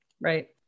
Right